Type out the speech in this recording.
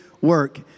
work